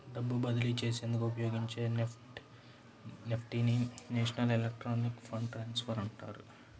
డబ్బు బదిలీ చేసేందుకు ఉపయోగించే నెఫ్ట్ ని నేషనల్ ఎలక్ట్రానిక్ ఫండ్ ట్రాన్స్ఫర్ అంటారు